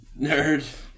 nerd